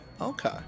Okay